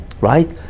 right